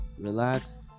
relax